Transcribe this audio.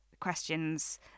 questions